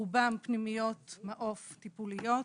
רובן פנימיות מעוף טיפוליות.